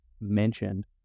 mentioned